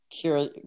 cure